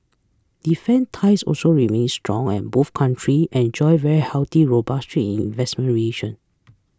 defence ties also remain strong and both country enjoy very healthy robust trade and investment relation